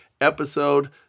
episode